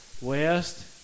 west